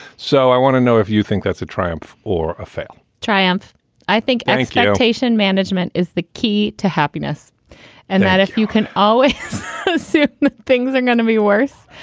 so i want to know if you think that's a triumph or a fail triumph i think any citation management is the key to happiness and that if you can always say things are going to be worse,